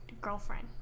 girlfriend